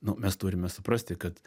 nu mes turime suprasti kad